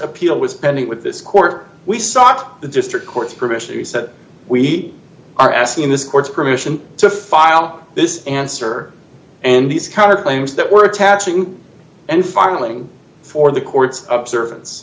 appeal was pending with this court we sought the district court's permission he said we are asking in this court's permission to file this answer and these counterclaims that were attaching and filing for the court's observance